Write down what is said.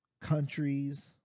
countries